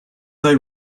they